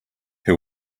who